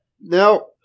Now